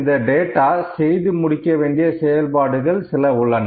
இந்த டேட்டா செய்து முடிக்க வேண்டிய சில செயல்பாடு உள்ளன